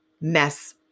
mess